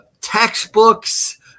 textbooks